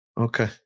Okay